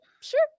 sure